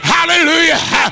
Hallelujah